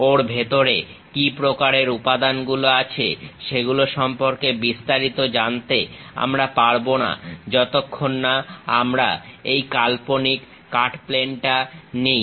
ওর ভেতরে কি প্রকারের উপাদানগুলো আছে সেগুলো সম্পর্কে বিস্তারিত জানতে আমরা পারবো না যতক্ষণ না আমরা এই কাল্পনিক কাট প্লেন টা নিই